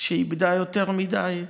שאיבדה יותר מדי.